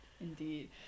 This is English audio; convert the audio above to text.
Indeed